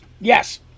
Yes